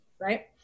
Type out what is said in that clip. Right